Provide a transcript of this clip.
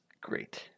Great